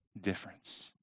difference